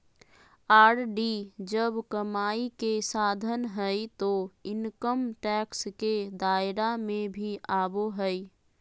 RD जब कमाई के साधन हइ तो इनकम टैक्स के दायरा में भी आवो हइ